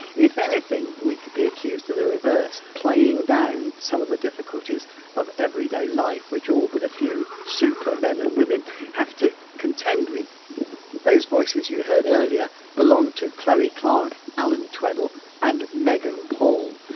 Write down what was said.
if anything, we could be accused of the reverse playing down some of the difficulties of everyday life, which all but a few super men and women have to contend with those voices you heard earlier belong to chloe clark, allan tweddle and megan paul,